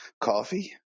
Coffee